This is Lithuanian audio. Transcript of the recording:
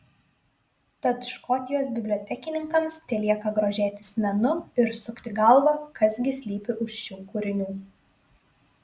tad škotijos bibliotekininkams telieka grožėtis menu ir sukti galvą kas gi slypi už šių kūrinių